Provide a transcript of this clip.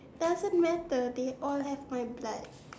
doesn't matter they all have my blood